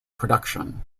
production